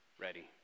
ready